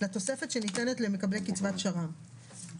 לתוספת שניתנת למקבלי קצבת שר"מ.